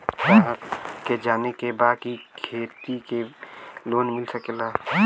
ग्राहक के जाने के बा की खेती पे लोन कैसे मीली?